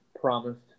promised